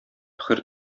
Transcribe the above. хөр